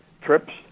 trips